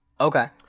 Okay